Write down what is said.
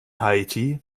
haiti